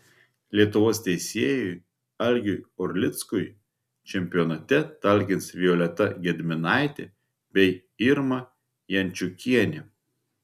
lietuvos teisėjui algiui orlickui čempionate talkins violeta gedminaitė bei irma jančiukienė